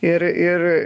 ir ir